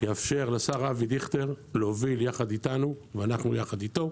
יאפשר לשר אבי דיכטר להוביל יחד אתנו ואנחנו יחד אתו,